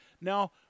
Now